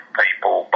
people